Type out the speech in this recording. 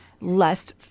less